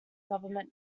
government